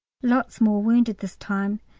lots more wounded this time.